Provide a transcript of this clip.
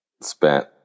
spent